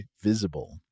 Visible